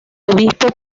obispo